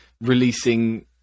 releasing